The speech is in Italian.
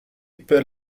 per